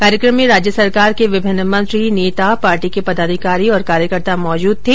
कार्यक्रम में राज्य सरकार के विभिन्न मंत्री नेता पार्टी के पदाधिकारी और कार्यकर्ता मौजूद थे